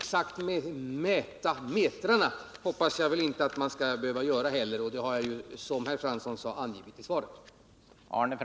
Som herr Fransson sade har jag också framhållit detta i svaret.